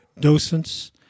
docents